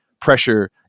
pressure